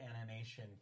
animation